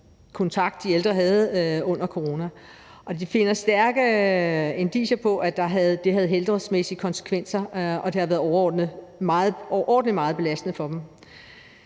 kontakt de ældre havde under corona, og de finder stærke indicier på, at det har haft helbredsmæssige konsekvenser, og at det har været overordentlig meget belastende for dem.